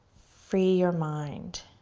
free your mind.